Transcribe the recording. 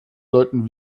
sollten